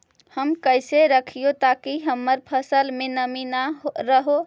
हम कैसे रखिये ताकी हमर फ़सल में नमी न रहै?